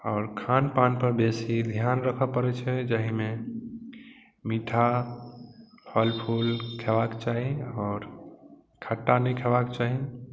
आओर खान पानपर बेसी ध्यान राखय पड़ैत छै जाहिमे मीठा फल फूल खयबाक चाही आओर खट्टा नहि खयबाक चाही